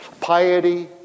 piety